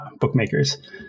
bookmakers